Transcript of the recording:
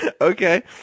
Okay